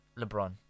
LeBron